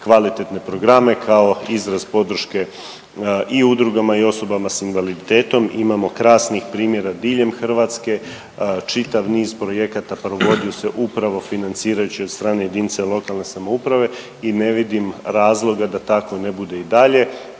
kvalitetne programe kao izraz podrške i udrugama i osobama s invaliditetom. Imamo krasnih primjera diljem Hrvatske. Čitav niz projekata provodio se upravo financirajući od strane jedinice lokalne samouprave i ne vidim razloga da tako ne bude i dalje.